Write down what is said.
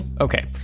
Okay